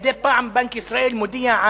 מדי פעם בנק ישראל מודיע,